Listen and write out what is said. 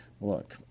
look